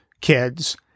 kids